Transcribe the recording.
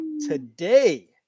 today